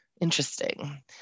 interesting